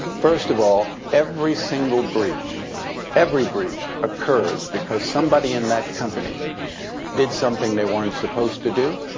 first of all, every single breach every breach occurs because somebody in that company did something they weren't supposed to do,